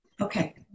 Okay